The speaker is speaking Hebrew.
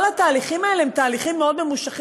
כל התהליכים האלה הם תהליכים מאוד ממושכים.